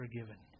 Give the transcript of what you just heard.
forgiven